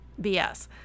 bs